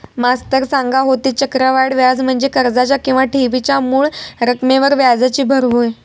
मास्तर सांगा होतो, चक्रवाढ व्याज म्हणजे कर्जाच्या किंवा ठेवीच्या मूळ रकमेवर व्याजाची भर होय